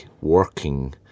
working